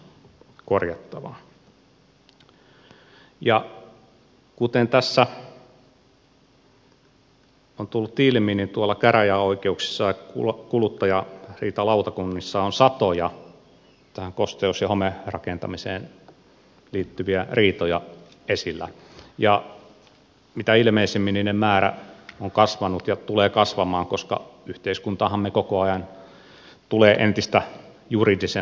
kuten tässä on tullut ilmi käräjäoikeuksissa ja kuluttajariitalautakunnissa on satoja tähän kos teus ja homerakentamiseen liittyviä riitoja esillä ja mitä ilmeisimmin niiden määrä on kasvanut ja tulee kasvamaan koska yhteiskuntammehan koko ajan tulee entistä juridisemmaksi